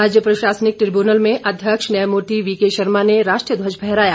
राज्य प्रशासनिक ट्रिब्यूनल में अध्यक्ष न्यायमूर्ति वीकेशर्मा ने राष्ट्रीय ध्वज फहराया